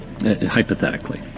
Hypothetically